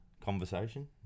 conversation